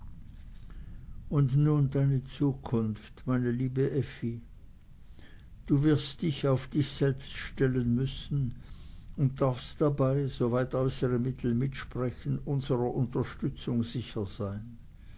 und nun deine zukunft meine liebe effi du wirst dich auf dich selbst stellen müssen und darfst dabei soweit äußere mittel mitsprechen unserer unterstützung sicher sein